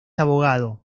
abogado